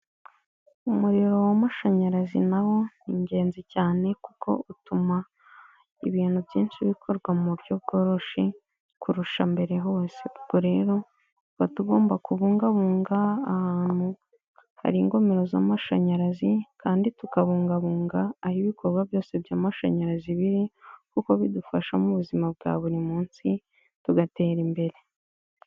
Umuriro w'amashanyarazi na wo ni ingenzi cyane kuko utuma ibintu byinshi bikorwa mu buryo bworoshe kurusha mbere hose. Ubwo rero tuba tugomba kubungabunga ahantu hari ingomero z'amashanyarazi kandi tukabungabunga aho ibikorwa byose by'amashanyarazi biri kuko bidufasha mu buzima bwa buri munsi tugatera imbere.